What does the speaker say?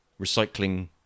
recycling